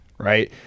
Right